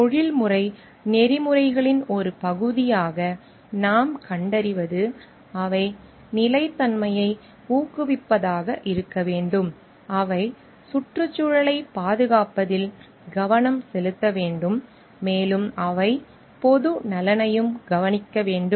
தொழில்முறை நெறிமுறைகளின் ஒரு பகுதியாக நாம் கண்டறிவது அவை நிலைத்தன்மையை ஊக்குவிப்பதாக இருக்க வேண்டும் அவை சுற்றுச்சூழலைப் பாதுகாப்பதில் கவனம் செலுத்த வேண்டும் மேலும் அவை பொது நலனையும் கவனிக்க வேண்டும்